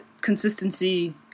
consistency